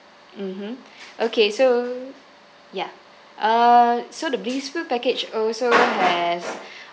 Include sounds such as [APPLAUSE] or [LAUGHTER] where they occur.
mmhmm okay so ya uh so the blissful package also [NOISE] has [BREATH]